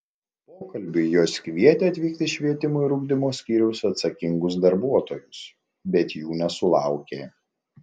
pokalbiui jos kvietė atvykti švietimo ir ugdymo skyriaus atsakingus darbuotojus bet jų nesulaukė